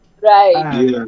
Right